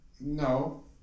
No